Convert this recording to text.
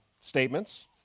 statements